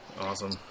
Awesome